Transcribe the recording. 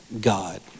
God